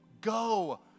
Go